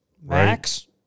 max